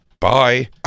Bye